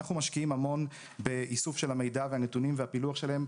אנחנו משקיעים המון באיסוף של המידע והנתונים והפילוח שלהם,